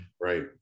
right